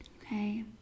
okay